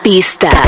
Pista